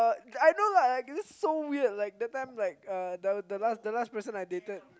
I know lah this so weird like that time like uh the the last the last person I dated